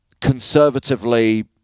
conservatively